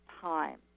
time